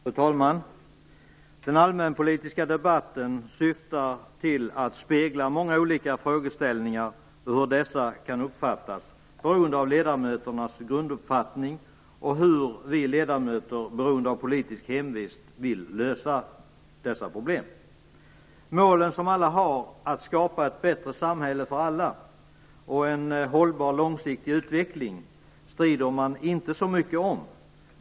Fru talman! Den allmänpolitiska debatten syftar till att spegla många olika frågeställningar och hur dessa kan uppfattas beroende på ledamöternas grunduppfattning och hur vi ledamöter, beroende på politisk hemvist, vill lösa dessa problem. Målen som alla har, att skapa ett bättre samhälle för alla och en hållbar långsiktig utveckling, strider man inte så mycket om.